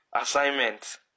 assignment